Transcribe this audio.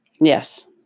Yes